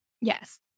Yes